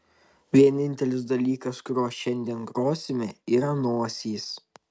vienintelis dalykas kuriuo šiandien grosime yra nosys